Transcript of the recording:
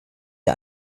der